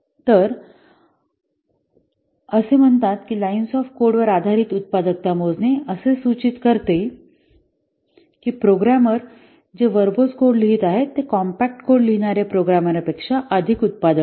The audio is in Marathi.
तर असे म्हणतात की लाईन्स ऑफ कोड वर आधारित उत्पादकता मोजणे असे सूचित केले जाते की प्रोग्रामर जे वर्बोज कोड लिहित आहेत ते कॉम्पॅक्ट कोड लिहिणारे प्रोग्रामरंपेक्षा अधिक उत्पादक आहेत